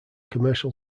commercial